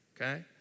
okay